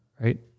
Right